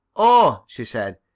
oh, she said,